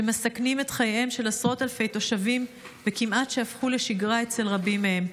שמסכנים את חייהם של עשרות אלפי תושבים וכמעט שהפכו לשגרה אצל רבים מהם.